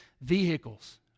vehicles